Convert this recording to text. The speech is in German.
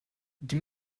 die